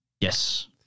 Yes